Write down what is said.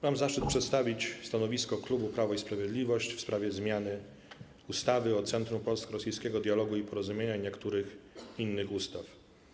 Mam zaszczyt przedstawić stanowisko klubu Prawo i Sprawiedliwość w sprawie projektu ustawy o zmianie ustawy o Centrum Polsko-Rosyjskiego Dialogu i Porozumienia oraz niektórych innych ustaw.